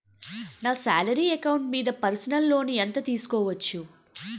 నా salary account మీద personal loan ఎంత తీసుకోవచ్చు?